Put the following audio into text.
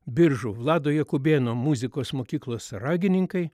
biržų vlado jakubėno muzikos mokyklos ragininkai